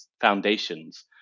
foundations